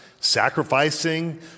Sacrificing